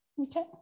Okay